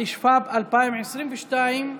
התשפ"ב 2022,